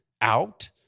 out